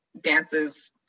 dances